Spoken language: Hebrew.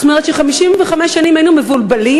זאת אומרת, 55 שנים היינו מבולבלים